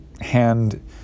hand